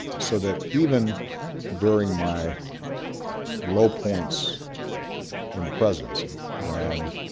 so that even during my low points in the presidency, when,